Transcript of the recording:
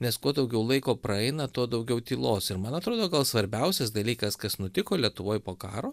nes kuo daugiau laiko praeina tuo daugiau tylos ir man atrodo gal svarbiausias dalykas kas nutiko lietuvoj po karo